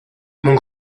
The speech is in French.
mon